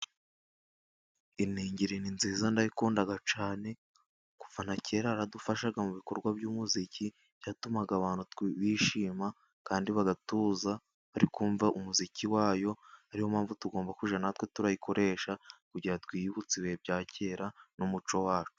Iningiri ni nziza ndayikunda cyane, kuva na kera yaradufashaga mu bikorwa by'umuziki, byatumaga abantu bishima kandi bagatuza bari kumva umuziki wayo, ariyo mpamvu tugomba kujya natwe turayikoresha kugira ngo twiyibutse ibihe bya kera, n'umuco wacu.